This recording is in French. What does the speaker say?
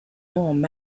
nom